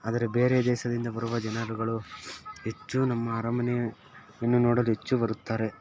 ಆದರೆ ಬೇರೆ ದೇಶದಿಂದ ಬರುವ ಜನರುಗಳು ಹೆಚ್ಚು ನಮ್ಮ ಅರಮನೆಯನ್ನು ನೋಡಲು ಹೆಚ್ಚು ಬರುತ್ತಾರೆ